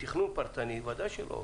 על תכנון פרטני, ודאי שלא.